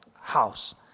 house